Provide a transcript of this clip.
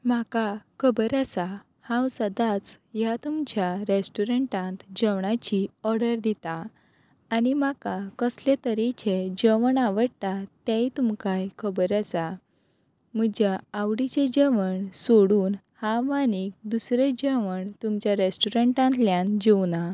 म्हाका खबर आसा हांव सदांच ह्या तुमच्या रेस्टॉरंटांत जेवणाची ऑर्डर दितां आनी म्हाका कसले तरेचें जेवण आवडटा तेंय तुमकां खबर आसा म्हज्या आवडीचें जेवण सोडून हांव आनीक दुसरें जेवण तुमच्या रेस्टॉरंटांतल्यान जेवना